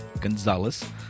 Gonzalez